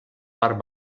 part